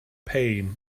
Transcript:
pain